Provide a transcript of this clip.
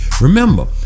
Remember